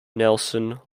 nelson